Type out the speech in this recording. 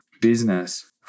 business